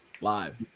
live